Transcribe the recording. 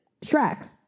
Shrek